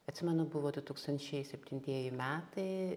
atsimenu buvo du tūkstančiai septintieji metai